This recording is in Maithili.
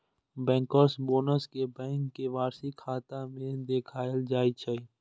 बैंकर्स बोनस कें बैंक के वार्षिक खाता मे देखाएल जाइ छै